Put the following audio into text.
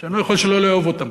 שאני לא יכול שלא לאהוב אותם.